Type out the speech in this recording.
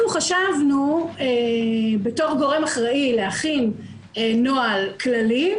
חשבנו בתור גורם אחראי להכין נוהל כללי,